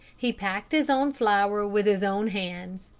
he packed his own flour with his own hands,